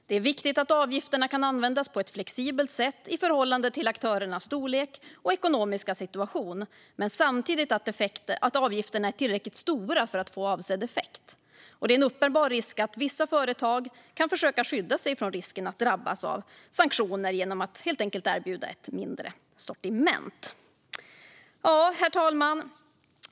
Det är viktigt att avgifterna kan användas på ett flexibelt sätt i förhållande till aktörernas storlek och ekonomiska situation, samtidigt som avgifterna är tillräckligt stora för att få avsedd effekt. Det är en uppenbar risk att vissa företag kan försöka att skydda sig från risken att drabbas av sanktioner genom att helt enkelt erbjuda ett mindre sortiment. Herr talman!